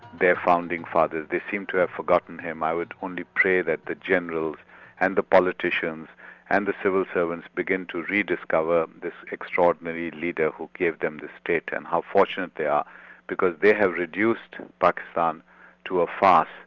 their founding father. they seem to have forgotten him. i would only pray that the general and the politicians and the civil servants begin to rediscover this extraordinary leader who gave them the state and how fortunate they are because they have reduced pakistan to a farce.